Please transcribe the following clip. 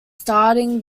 starting